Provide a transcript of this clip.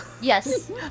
Yes